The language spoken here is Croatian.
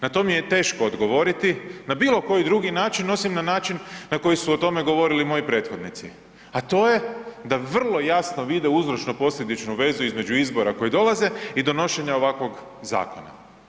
Na to mi je teško odgovoriti na bilo koji drugi način osim na način na koji su o tome govorili moji prethodnici, a to je da vrlo jasno vide uzročno posljedičnu vezu između izbora koji dolaze i donošenja ovakvog zakona.